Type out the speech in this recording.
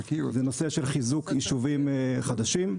הנושא הראשון הוא נושא של חיזוק יישובים חדשים,